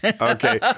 Okay